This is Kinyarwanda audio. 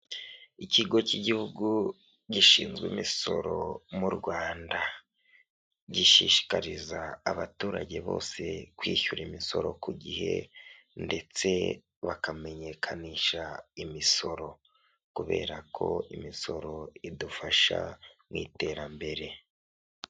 Ikigo cy'igihugu gishinzwe imisoro mu Rwanda. Gishishikariza abaturage bose kwishyura imisoro ku gihe, ndetse bakamenyekanisha imisoro. Kubera ko imisoro idufasha mu iterambere.